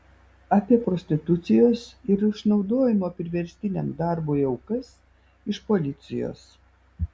apie prostitucijos ir išnaudojimo priverstiniam darbui aukas iš policijos